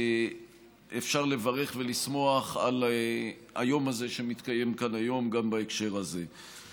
אפשר לברך ולשמוח על היום הזה שמתקיים כאן היום גם בהקשר הזה.